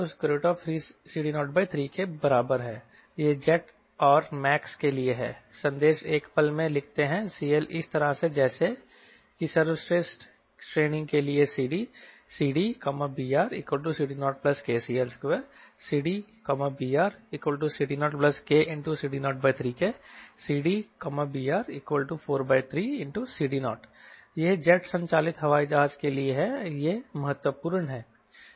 CLCD03K बराबर है यह जेट आर मैक्स के लिए है संदेश एक पल में लिखते हैं CL इस तरह है जैसे कि सर्वश्रेष्ठ श्रेणी के लिए CD CDBRCD0kCL2 CDBRCD0kCD03K CDBR43CD0 यह जेट संचालित हवाई जहाज के लिए है यह महत्वपूर्ण है